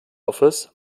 office